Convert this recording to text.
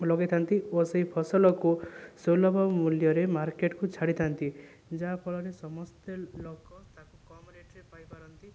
ଲଗେଇଥାନ୍ତି ଓ ସେ ଫସଲକୁ ସୁଲଭ ମୂଲ୍ୟରେ ମାର୍କେଟକୁ ଛାଡ଼ିଥାନ୍ତି ଯାହା ଫଳରେ ସମସ୍ତେ ଲୋକ ତାକୁ କମ ରେଟରେ ପାଇ ପାରନ୍ତି